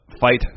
fight